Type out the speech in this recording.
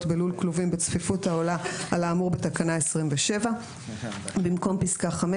בלול כלובים בצפיפות העולה על האמור בתקנה 27". במקום פסקה (5)